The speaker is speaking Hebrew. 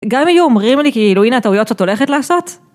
גם היו אומרים לי כאילו הנה הטעויות שאת הולכת לעשות?